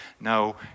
No